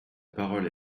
parole